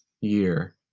year